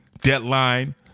deadline